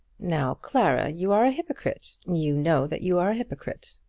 now, clara, you are a hypocrite. you know that you are a hypocrite.